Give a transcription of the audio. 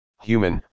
Human